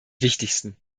wichtigsten